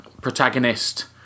protagonist